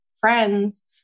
friends